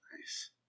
Nice